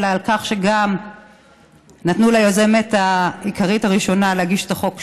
אלא גם על כך שנתנו ליוזמת העיקרית הראשונה להגיש את החוק שוב,